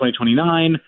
2029